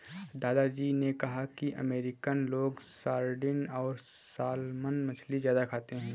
दादा जी ने कहा कि अमेरिकन लोग सार्डिन और सालमन मछली ज्यादा खाते हैं